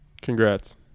Congrats